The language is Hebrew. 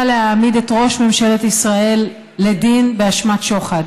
להעמיד את ראש ממשלת ישראל לדין באשמת שוחד.